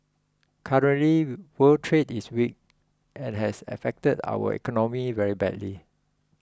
currently world trade is weak and has affected our economy very badly